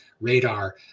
radar